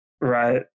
Right